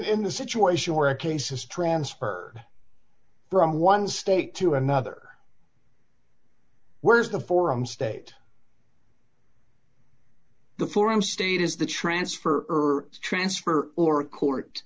in the situation or a cases transferred from one state to another whereas the forum state the forum state is the transfer transfer or a court